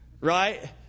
right